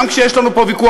גם כשיש לנו פה ויכוח,